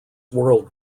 world